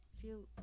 feel